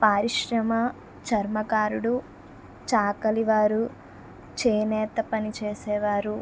పారిశ్రమ చర్మకారుడు చాకలి వారు చేనేత పనిచేసేవారు